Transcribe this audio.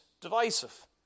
divisive